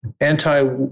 anti